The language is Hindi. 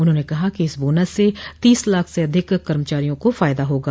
उन्होंने कहा कि इस बोनस से तीस लाख से अधिक कर्मचारियों को फायदा होगा